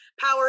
power